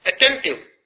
attentive